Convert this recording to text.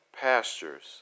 pastures